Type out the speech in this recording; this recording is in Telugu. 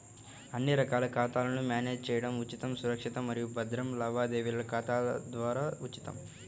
అన్ని రకాల ఖాతాలను మ్యానేజ్ చేయడం ఉచితం, సురక్షితం మరియు భద్రం లావాదేవీల ఖాతా ద్వారా ఉచితం